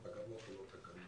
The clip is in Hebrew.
או תקנות או לא תקנות.